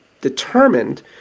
determined